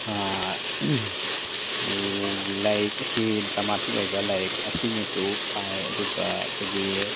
ꯂꯥꯏꯔꯤꯛ ꯑꯁꯤ ꯗ꯭ꯔꯃꯥꯇꯤꯛ ꯑꯣꯏꯕ ꯂꯥꯏꯔꯤꯛ ꯑꯁꯤꯃꯁꯨ ꯄꯥꯏ ꯑꯗꯨꯒ ꯑꯩꯈꯣꯏꯒꯤ